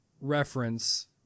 reference